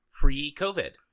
pre-COVID